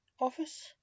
office